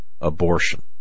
abortion